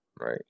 Right